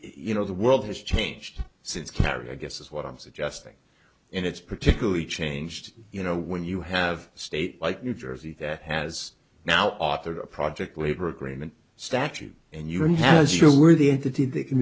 you know the world has changed since kerry i guess is what i'm suggesting and it's particularly changed you know when you have a state like new jersey that has now authored a project labor agreement statute and you don't have as you were the entity they can